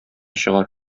чыгар